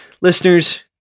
listeners